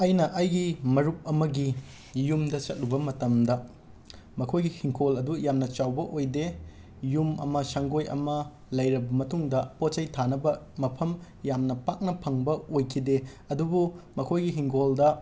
ꯑꯩꯅ ꯑꯩꯒꯤ ꯃꯔꯨꯞ ꯑꯃꯒꯤ ꯌꯨꯝꯗ ꯆꯠꯂꯨꯕ ꯃꯇꯝꯗ ꯃꯈꯣꯏꯒꯤ ꯍꯤꯡꯈꯣꯜ ꯑꯗꯨ ꯌꯥꯝꯅ ꯆꯥꯎꯕ ꯑꯣꯏꯗꯦ ꯌꯨꯝ ꯑꯃ ꯁꯪꯒꯣꯏ ꯑꯃ ꯂꯩꯔꯕ ꯃꯇꯨꯡꯗ ꯄꯣꯠ ꯆꯩ ꯊꯥꯅꯕ ꯃꯐꯝ ꯌꯥꯝꯅ ꯄꯥꯛꯅ ꯐꯪꯕ ꯑꯣꯏꯈꯤꯗꯦ ꯑꯗꯨꯕꯨ ꯃꯈꯣꯏꯒꯤ ꯍꯤꯡꯈꯣꯜꯗ